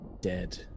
dead